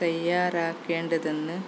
തയ്യാറാക്കേണ്ടതെന്ന്